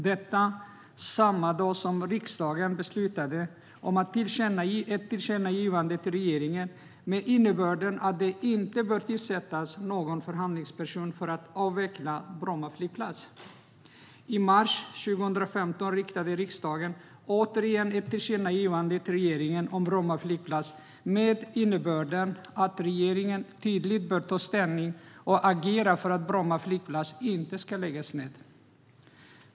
Detta skedde samma dag som riksdagen beslutade om ett tillkännagivande till regeringen med innebörden att det inte bör tillsättas någon förhandlingsperson för avveckling av Bromma flygplats. I mars 2015 riktade riksdagen åter ett tillkännagivande till regeringen om Bromma flygplats med innebörden att regeringen tydligt bör ta ställning och agera för att Bromma flygplats inte ska läggas ned.